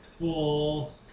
full